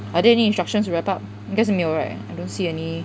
are there any instructions to wrap up 应该是没有 right I don't see any